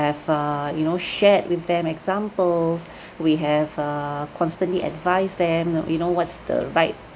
err you know shared with them examples we have err constantly advise them know you know what's the right